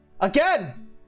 again